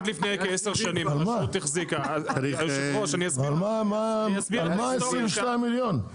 עד לפני כעשר שנים הרשות החזיקה --- על מה 22 מיליון?